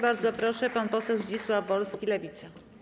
Bardzo proszę, pan poseł Zdzisław Wolski, Lewica.